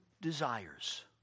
desires